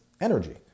energy